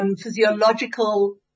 Physiological